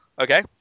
Okay